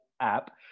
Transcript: app